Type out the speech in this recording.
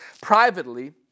privately